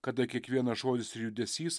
kada kiekvienas žodis ir judesys